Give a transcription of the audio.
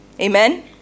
Amen